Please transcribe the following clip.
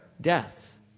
death